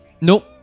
nope